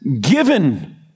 given